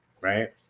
right